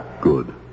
Good